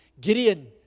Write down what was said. Gideon